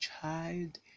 child